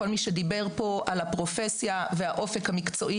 כל מי שדיבר פה על הפרופסיה והאופק המקצועי,